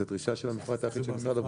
זה דרישה של המפרט האחיד של משרד הפנים.